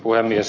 puhemies